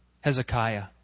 Hezekiah